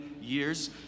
years